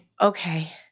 okay